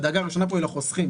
הדאגה הראשונה פה היא לחוסכים,